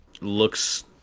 looks